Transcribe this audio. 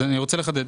אז אני רוצה לחדד.